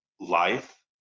life